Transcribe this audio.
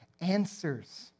answers